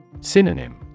Synonym